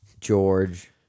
George